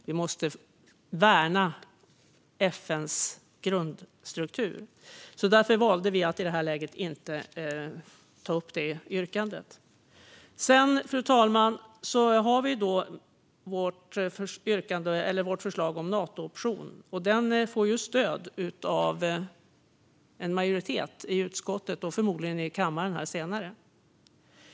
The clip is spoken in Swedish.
Vi måste värna FN:s grundstruktur. Därför valde vi att i det här läget inte ta upp det yrkandet. Sedan, fru talman, har vi vårt förslag om Natooption. Det får stöd av en majoritet i utskottet och förmodligen i kammaren här senare.